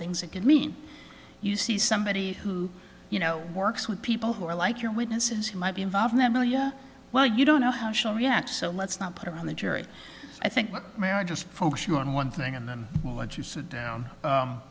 things that could mean you see somebody who you know works with people who are like your witnesses who might be involved that go yeah well you don't know how she'll react so let's not put her on the jury i think marriage is focus you on one thing and then what you sit down